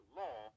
law